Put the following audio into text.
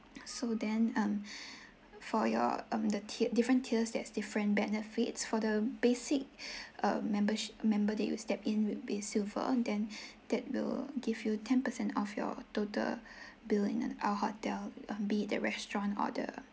so then um for your um the tier different tiers that's different benefits for the basic um membersh~ member they will step in will be silver then that will give you ten percent off your total bill in our hotel bill in the restaurant or the